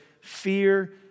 fear